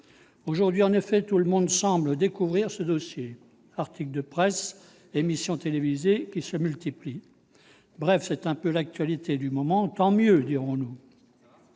Aujourd'hui, en effet, tout le monde semble découvrir ce dossier : articles de presse et émissions télévisées se multiplient. Bref, c'est un peu l'actualité du moment. Tant mieux, dirons-nous.